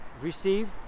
receive